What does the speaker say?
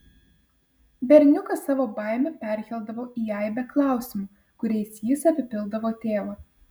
berniukas savo baimę perkeldavo į aibę klausimų kuriais jis apipildavo tėvą